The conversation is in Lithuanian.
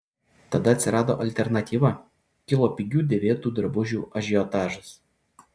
tada atsirado alternatyva kilo pigių dėvėtų drabužių ažiotažas